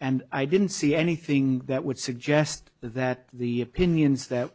and i didn't see anything that would suggest that the opinions that